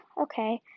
okay